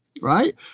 right